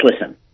listen